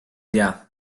tea